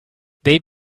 they